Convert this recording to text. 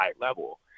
level